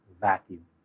vacuum